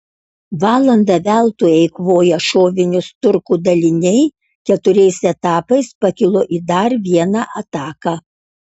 valandą veltui eikvoję šovinius turkų daliniai keturiais etapais pakilo į dar vieną ataką